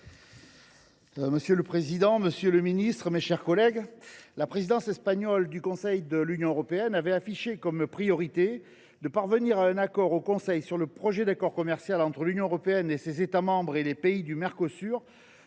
Monsieur le président, monsieur le ministre, mes chers collègues, la présidence espagnole du Conseil de l’Union européenne a affiché comme priorité de parvenir à un accord au Conseil sur le projet d’accord commercial entre l’Union européenne et ses États membres et les pays du Mercosur,